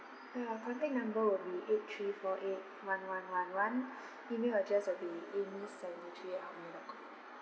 uh contact number will be eight three four eight one one one one email address will be amy seventy three at hotmail dot com